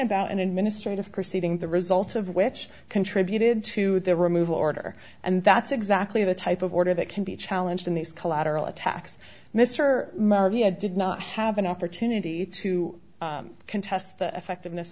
about an administrative perceiving the result of which contributed to the removal order and that's exactly the type of order that can be challenged in these collateral attacks mr markey i did not have an opportunity to contest the effectiveness